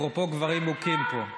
אפרופו גברים מוכים פה.